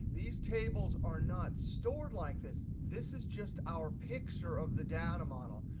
these tables are not stored like this. this is just our picture of the data model.